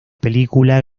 película